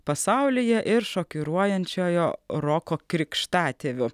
pasaulyje ir šokiruojančiojo roko krikštatėviu